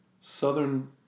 Southern